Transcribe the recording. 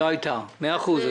לא הייתה מאה אחוז.